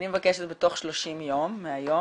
אני מבקשת בתוך 30 יום מהיום,